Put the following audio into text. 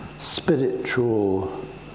spiritual